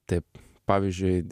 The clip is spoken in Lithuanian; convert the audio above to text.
taip pavyzdžiui